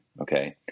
okay